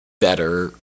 better